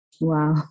Wow